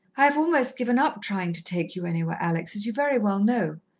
i have almost given up trying to take you anywhere, alex, as you very well know.